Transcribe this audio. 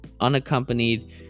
unaccompanied